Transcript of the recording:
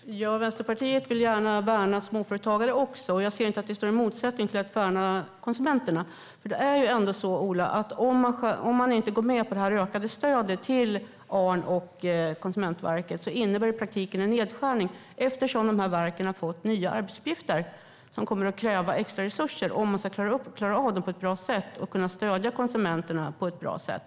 Fru talman! Vänsterpartiet vill gärna värna småföretagare också. Jag ser inte att det står i motsättning till att värna konsumenterna. Om man inte går med på det ökade stödet till ARN och Konsumentverket innebär det ändå i praktiken en nedskärning, Ola. Verken har ju fått nya arbetsuppgifter som kommer att kräva extra resurser om de ska klara av dem på ett bra sätt och kunna stödja konsumenterna på ett bra sätt.